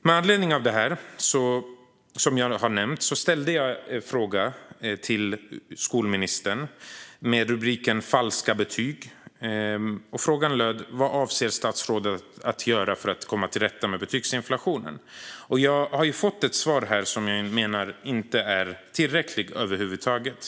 Med anledning av detta ställde jag en fråga till skolministern med rubriken: Falska betyg. Frågan löd: Vad avser statsrådet att göra för att komma till rätta med betygsinflationen? Jag har fått ett svar här som jag menar inte är tillräckligt över huvud taget.